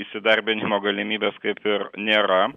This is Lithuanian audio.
įsidarbinimo galimybės kaip ir nėra